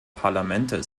parlamente